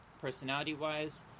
personality-wise